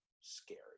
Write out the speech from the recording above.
Scary